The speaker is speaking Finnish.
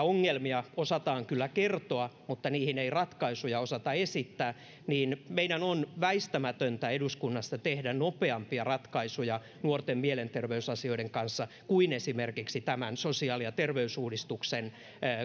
ongelmia osataan kyllä kertoa mutta niihin ei ratkaisuja osata esittää meidän on väistämätöntä eduskunnassa tehdä nopeampia ratkaisuja nuorten mielenterveysasioiden kanssa kuin esimerkiksi tämän sosiaali ja terveysuudistuksen